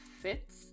fits